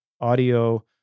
audio